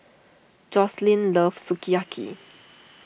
Joslyn loves Sukiyaki